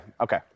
okay